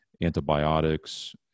antibiotics